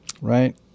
Right